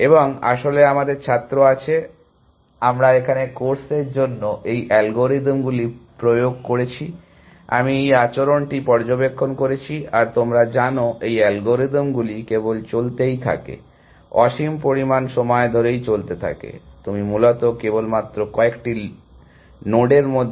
এবং আসলে আমাদের ছাত্র আছে আমরা এখানে কোর্সের জন্য এই অ্যালগরিদমগুলি প্রয়োগ করেছি আমি এই আচরণটি পর্যবেক্ষণ করেছি আর তোমরা জানো এই অ্যালগরিদমগুলি কেবল চলতেই থাকে অসীম পরিমাণ সময় ধরে চলতেই থাকে তুমি মূলত কেবলমাত্র কয়েকটি লোডের মধ্যে স্পর্শ করবে